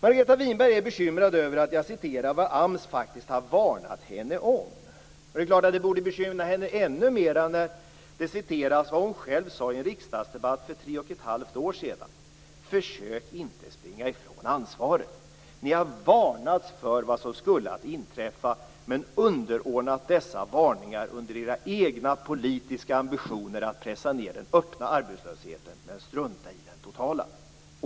Margareta Winberg är bekymrad över att jag citerar vad AMS faktiskt har varnat henne om. Ännu mera borde det självklart bekymra henne när det citeras vad hon själv sade i en riksdagsdebatt för tre och ett halvt år sedan. Försök inte springa ifrån ansvaret! Ni har varnats för vad som skulle kunna inträffa men underordnat dessa varningar era egna politiska ambitioner att pressa ned den öppna arbetslösheten och strunta i den totala arbetslösheten.